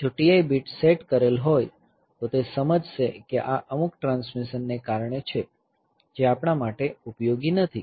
જો TI bit set કરેલ હોય તો તે સમજશે કે આ અમુક ટ્રાન્સમિશન ને કારણે છે જે આપણા માટે ઉપયોગી નથી